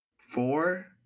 four